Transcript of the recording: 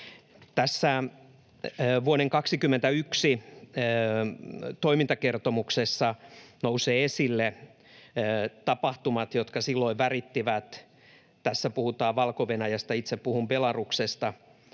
Tässä vuoden 21 toimintakertomuksessa nousevat esille tapahtumat, jotka silloin värittivät... Tässä puhutaan Valko-Venäjästä — itse puhun Belaruksesta